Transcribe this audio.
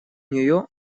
нее